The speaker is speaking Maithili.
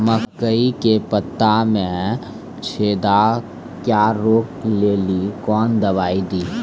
मकई के पता मे जे छेदा क्या रोक ले ली कौन दवाई दी?